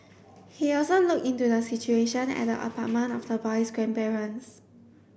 he also looked into the situation at the apartment of the boy's grandparents